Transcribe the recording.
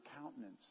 countenance